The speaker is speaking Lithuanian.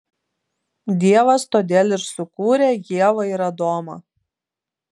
dievas todėl ir sukūrė ievą ir adomą